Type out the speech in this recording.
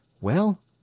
Well